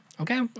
Okay